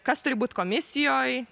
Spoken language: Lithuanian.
kas turi būt komisijoj